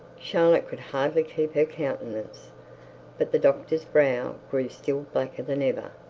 charlotte could hardly keep her countenance but the doctor's brow grew still blacker than ever.